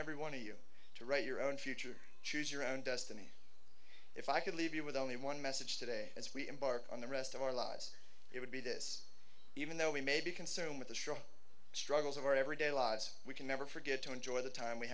every one of you to write your own future choose your own destiny if i could leave you with only one message today as we embark on the rest of our lives it would be this even though we may be consumed with the shock struggles of our everyday lives we can never forget to enjoy the time we